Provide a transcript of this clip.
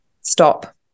stop